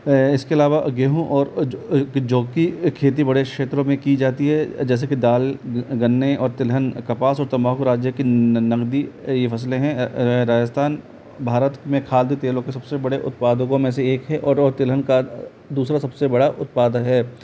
है इस के अलावा गेहूं और जौ की खेती बड़े क्षेत्रों मे की जाती है जैसे कि दाल गन्ने और तिलहन कपास और तंबाकू राज्य की नगदी फ़सलें है राजस्थान भारत में खाद्य तेलों के सब से बड़े उत्पादकों में से एक है और और तिलहन का दूसरा सब से बड़ा उत्पाद है